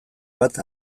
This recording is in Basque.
bat